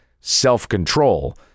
self-control